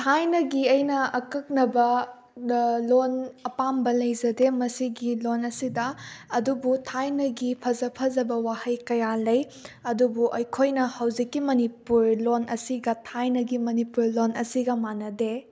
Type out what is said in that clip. ꯊꯥꯏꯅꯒꯤ ꯑꯩꯅ ꯑꯀꯛꯅꯕ ꯂꯣꯟ ꯑꯄꯥꯝꯕ ꯂꯩꯖꯗꯦ ꯃꯁꯤꯒꯤ ꯂꯣꯟ ꯑꯁꯤꯗ ꯑꯗꯨꯕꯨ ꯊꯥꯏꯅꯒꯤ ꯐꯖ ꯐꯖꯕ ꯋꯥꯍꯩ ꯀꯌꯥ ꯂꯩ ꯑꯗꯨꯕꯨ ꯑꯩꯈꯣꯏꯅ ꯍꯧꯖꯤꯛꯀꯤ ꯃꯅꯤꯄꯨꯔ ꯂꯣꯟ ꯑꯁꯤꯒ ꯊꯥꯏꯅꯒꯤ ꯃꯅꯤꯄꯨꯔ ꯂꯣꯟ ꯑꯁꯤꯒ ꯃꯥꯟꯅꯗꯦ